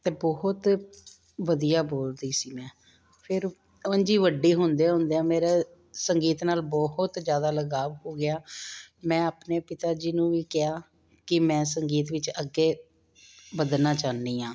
ਅਤੇ ਬਹੁਤ ਵਧੀਆ ਬੋਲਦੀ ਸੀ ਮੈਂ ਫਿਰ ਉਂਝ ਹੀ ਵੱਡੇ ਹੁੰਦਿਆਂ ਹੁੰਦਿਆਂ ਮੇਰਾ ਸੰਗੀਤ ਨਾਲ ਬਹੁਤ ਜ਼ਿਆਦਾ ਲਗਾਵ ਹੋ ਗਿਆ ਮੈਂ ਆਪਣੇ ਪਿਤਾ ਜੀ ਨੂੰ ਵੀ ਕਿਹਾ ਕਿ ਮੈਂ ਸੰਗੀਤ ਵਿੱਚ ਅੱਗੇ ਵਧਣਾ ਚਾਹੁੰਦੀ ਹਾਂ